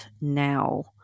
now